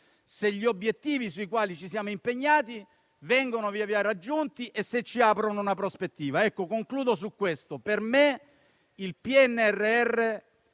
se gli obiettivi sui quali ci siamo impegnati vengono progressivamente raggiunti e se ci aprono una prospettiva. Concludo su questo: per me il PNRR